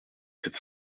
sept